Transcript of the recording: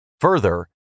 Further